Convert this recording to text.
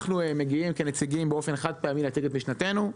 אנחנו באים באופן חד-פעמי כנציגים להציג את משנתנו.